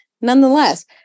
Nonetheless